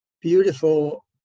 beautiful